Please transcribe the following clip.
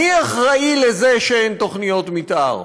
מי אחראי לזה שאין תוכניות מתאר?